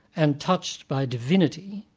and touched by divinity,